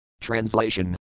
Translation